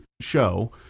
show